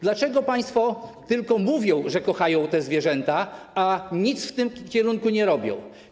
Dlaczego państwo tylko mówią, że kochają te zwierzęta, a nic w tym kierunku nie robią?